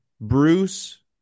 Bruce